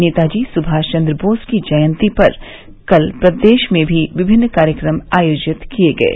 नेता जी सुभाष चन्द्र बोस की जयंती पर कल प्रदेश में भी विभिन्न कार्यक्रम आयोजित किए गये